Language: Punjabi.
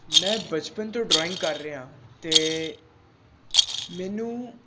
ਮੈਂ ਬਚਪਨ ਤੋਂ ਡਰਾਇੰਗ ਕਰ ਰਿਹਾ ਅਤੇ ਮੈਨੂੰ